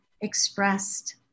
expressed